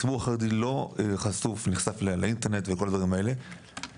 הציבור החרדי לא נחשף לאינטרנט ולכל הדברים האלה ולכן